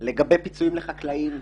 לגבי פיצויים לחקלאים.